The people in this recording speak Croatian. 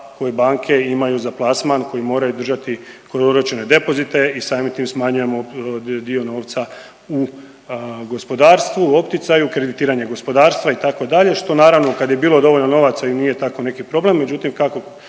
koje banke imaju za plasman koji moraju držati .../Govornik se ne razumije./... depozite i samim time smanjujemo dio novca u gospodarstvu u opticaju, kreditiranje gospodarstva, itd., što naravno, kad je bilo dovoljno novaca i nije tako neki problem,